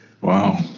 Wow